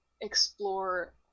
explore